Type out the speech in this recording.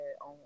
On